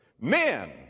Men